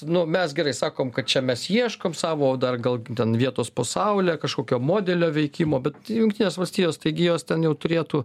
nu mes gerai sakom kad čia mes ieškom savo dar gal ten vietos po saule kažkokio modelio veikimo bet jungtinės valstijos taigi jos ten jau turėtų